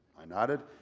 i nodded,